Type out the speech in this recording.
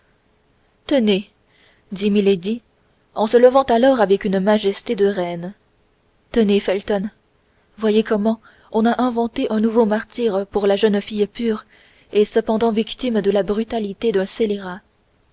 tenez dit milady en se levant alors avec une majesté de reine tenez felton voyez comment on a inventé un nouveau martyre pour la jeune fille pure et cependant victime de la brutalité d'un scélérat